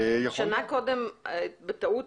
שנה קודם בטעות